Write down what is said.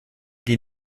die